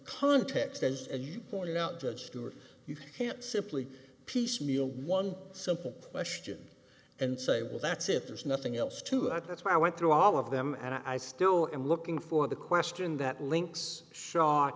context as you pointed out judge stuart you can't simply piecemeal one simple question and say well that's it there's nothing else to add that's why i went through all of them and i still am looking for the question that links shot